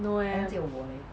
no eh